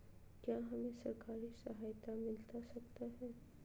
क्या हमे सरकारी सहायता मिलता सकता है?